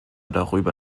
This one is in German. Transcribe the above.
darüber